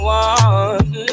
one